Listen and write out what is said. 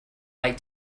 like